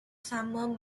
summer